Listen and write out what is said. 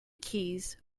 keys